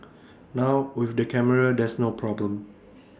now with the camera there's no problem